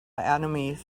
enemies